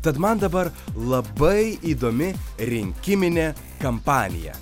tad man dabar labai įdomi rinkiminė kampanija